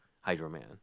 Hydro-Man